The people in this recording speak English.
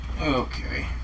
Okay